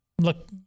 look